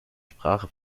sprache